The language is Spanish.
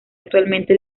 actualmente